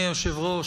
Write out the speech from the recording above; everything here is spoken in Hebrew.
היושב-ראש,